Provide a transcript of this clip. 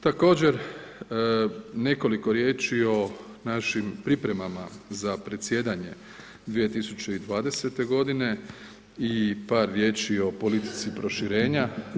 Također nekoliko riječi o našim pripremama za predsjedanje 2020. godine i par riječ o politici proširenja.